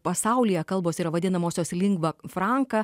pasaulyje kalbos yra vadinamosios lingva franka